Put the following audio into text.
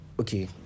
okay